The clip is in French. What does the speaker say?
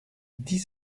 dix